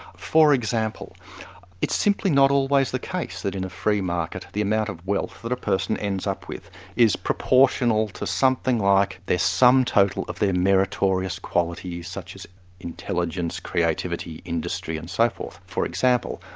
for example it's simply not always the case that in a free market, the amount of wealth that a person ends up with is proportional to something like the sum total of their meritorious qualities such as intelligence, creativity, industry and so forth. for example,